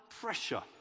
pressure